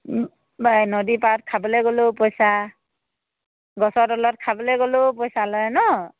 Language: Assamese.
নদী পাৰত খাবলৈ গ'লেও পইচা গছৰ তলত খাবলৈ গ'লেও পইচা লয় নহ্